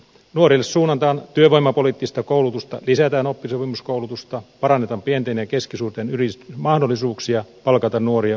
nuorille suunnataan työvoimapoliittista koulutusta lisätään oppisopimuskoulutusta parannetaan pienten ja keskisuurten yritysten mahdollisuuksia palkata nuoria oppisopimuskoulutukseen